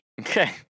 Okay